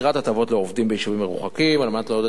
יצירת הטבות לעובדים ביישובים מרוחקים כדי לעודד